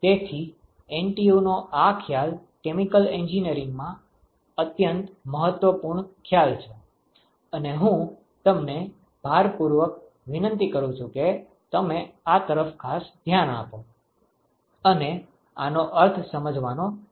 તેથી NTUનો આ ખ્યાલ કેમિકલ એન્જિનિયરિંગમાં અત્યંત મહત્વપૂર્ણ ખ્યાલ છે અને હું તમને ભારપૂર્વક વિનંતી કરું છું કે તમે આ તરફ ખાસ ધ્યાન આપો અને આનો અર્થ સમજવાનો પ્રયાસ કરો